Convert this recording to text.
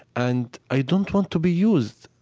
and i don't want to be used.